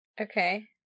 Okay